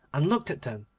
and looked at them,